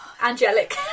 angelic